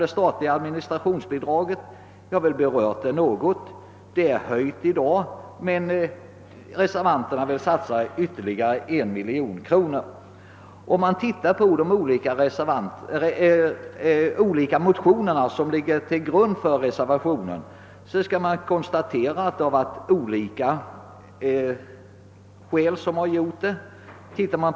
Det statliga administrationsbidraget har höjts, men i reservationen 1 vill reservanterna satsa ytterligare 1 miljon kronor. Om man tittar på de olika motioner som ligger till grund för reservationen kan man konstatera att de anger olika skäl för sin ståndpunkt.